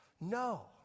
No